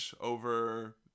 over